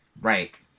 Right